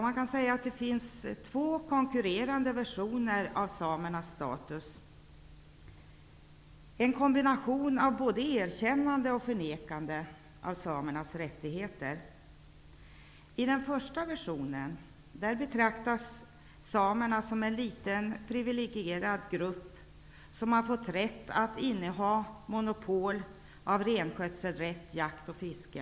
Man kan säga att det finns två konkurrerande versioner av samernas status -- en kombination av både erkännande och förnekande av samernas rättigheter. I den första versionen betraktas samerna som en liten privilegierad grupp som har fått rätt att inneha monopol på renskötsel, jakt och fiske.